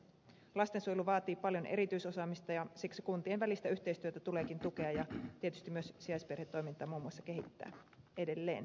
lastensuojelu vaatii paljon erityisosaamista ja siksi kuntien välistä yhteistyötä tuleekin tukea ja tietysti myös sijaisperhetoimintaa muun muassa kehittää edelleen